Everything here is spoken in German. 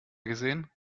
gesehen